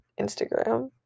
Instagram